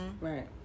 right